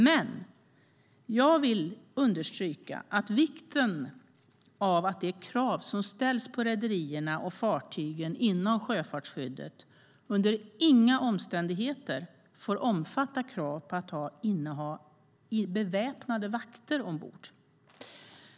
Men jag vill understryka vikten av att de krav som ställs på rederierna och fartygen inom sjöfartsskyddet under inga omständigheter får omfatta krav på att inneha beväpnade vakter ombord.